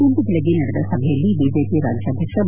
ಇಂದು ಬೆಳಗ್ಗೆ ನಡೆದ ಸಭೆಯಲ್ಲಿ ಬಿಜೆಪಿ ರಾಜ್ಯಾಧ್ಯಕ್ಷ ಬಿ